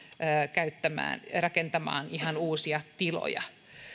rakentamaan ihan uusia tiloja